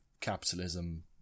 capitalism